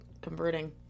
Converting